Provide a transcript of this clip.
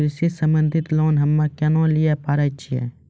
कृषि संबंधित लोन हम्मय केना लिये पारे छियै?